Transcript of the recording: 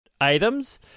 items